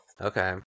Okay